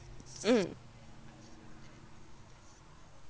mm